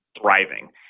thriving